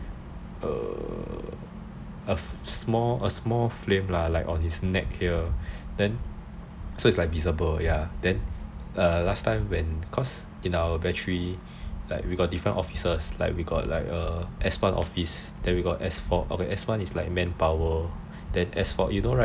a small flame lah on his neck here then so it's like visible then last time when cause in our battery like we got different officers like we got S one office then we got S four office S one is like manpower then S four is you know right